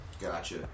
Gotcha